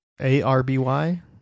A-R-B-Y